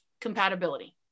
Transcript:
compatibility